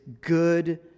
good